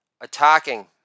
attacking